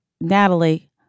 Natalie